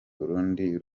urundi